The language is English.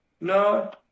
No